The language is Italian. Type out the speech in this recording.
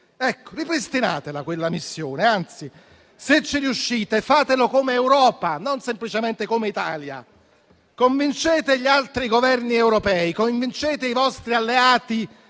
Ripristinate quella missione; anzi, se ci riuscite, fatelo come Europa e non semplicemente come Italia. Convincete gli altri Governi europei; convincete i vostri alleati